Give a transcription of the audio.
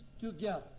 together